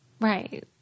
Right